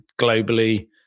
globally